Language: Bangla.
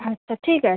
আচ্ছা ঠিক আছে